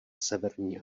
severní